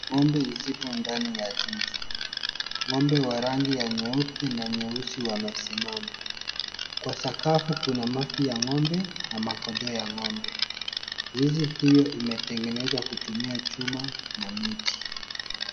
Ng'ombe zimo ndani ya zizi. Ng'ombe wa rangi ya nyeupe na nyeusi wamesimama. Kwa sakafu kuna mafi ya ng'ombe na mkojo ya ng'ombe. Zizi hiyo imetengenezwa kutumia chuma na miti.